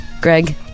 Greg